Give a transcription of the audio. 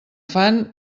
fan